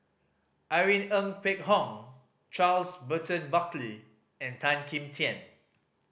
Irene Ng Phek Hoong Charles Burton Buckley and Tan Kim Tian